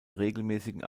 regelmäßigen